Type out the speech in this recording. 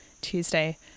Tuesday